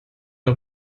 der